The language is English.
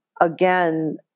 again